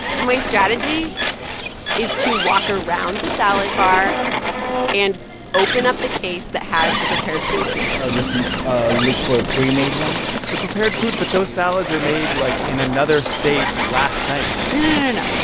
my strategy is to walk around the salad bar and open up the case that has the prepared food in it pre-made ones the prepared food. but those salads are made, like, in another state last night no, no, no, no, no.